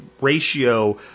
ratio